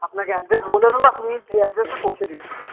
আপনাকে অ্যাড্রেস বলে দেব আপনি সেই অ্যাড্রেসে পৌঁছে দিতে পারেন